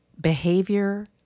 behavior